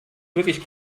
wirklich